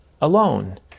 alone